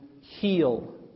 heal